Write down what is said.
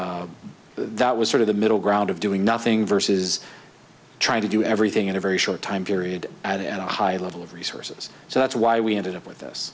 and that was sort of the middle ground of doing nothing verses trying to do everything in a very short time period and a high level of resources so that's why we ended up with